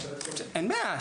אין בעיה,